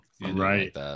Right